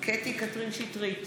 קטי (קטרין) שטרית,